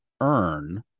earn